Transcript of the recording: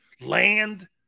land